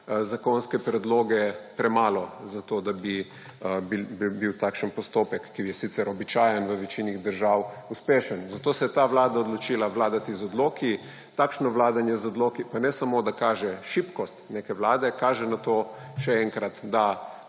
zakonske predloge, premalo za to, da bi bil takšen postopek, ki je sicer običajen v večini držav, uspešen. Zato se je ta vlada odločila vladati z odloki. Takšno vladanje z odloki pa ne samo, da kaže šibkost neke vlade, kaže na to, še enkrat, da